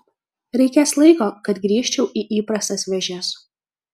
reikės laiko kad grįžčiau į įprastas vėžes